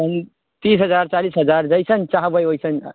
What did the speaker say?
आ ई तीस हजार चालीस हजार जेहन चाहबै ओहन होएत